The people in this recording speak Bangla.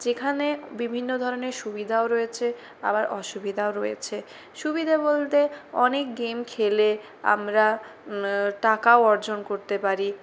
যেখানে বিভিন্ন ধরনের সুবিধাও রয়েছে আবার অসুবিধাও রয়েছে সুবিধে বলতে অনেক গেম খেলে আমরা টাকাও অর্জন করতে পারি